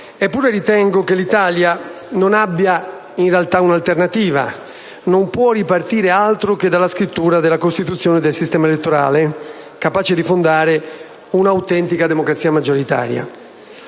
eppure ritengo che l'Italia non abbia in realtà un'alternativa: non può ripartire altro che dalla riscrittura della Costituzione e del sistema elettorale, capace di fondare un'autentica democrazia maggioritaria.